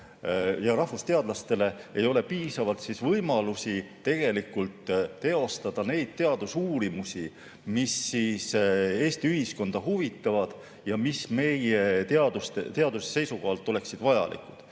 ja rahvusteadlastel ei ole piisavalt võimalusi teostada neid teadusuurimusi, mis Eesti ühiskonda huvitavad ja mis meie teaduse seisukohalt oleksid vajalikud.